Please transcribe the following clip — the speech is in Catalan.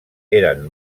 eren